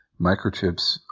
microchips